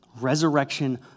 resurrection